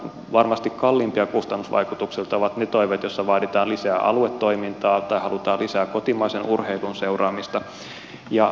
varmasti kalliimpia kustannusvaikutuksiltaan ovat ne toiveet joissa vaaditaan lisää aluetoimintaa tai halutaan lisää kotimaisen urheilun seuraamista